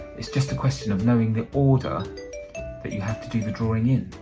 it's just a question of knowing the order that you have to do the drawing in.